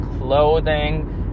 clothing